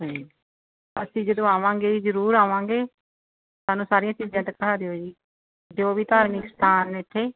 ਅਸੀਂ ਜਦੋਂ ਆਵਾਂਗੇ ਜੀ ਜ਼ਰੂਰ ਆਵਾਂਗੇ ਸਾਨੂੰ ਸਾਰੀਆਂ ਚੀਜ਼ਾਂ ਦਿਖਾ ਦਿਓ ਜੀ ਜੋ ਵੀ ਧਾਰਮਿਕ ਸਥਾਨ ਇੱਥੇ